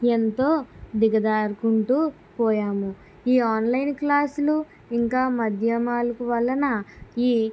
ఎంతో దిగజారుకుంటూ పోయాము ఈ ఆన్లైన్ క్లాసులు ఇంకా మాధ్యమాల వలన ఈ